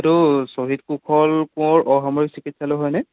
এইটো শহীদ কোশল কোঁৱৰ অসামৰিক চিকিৎসালয় হয়নে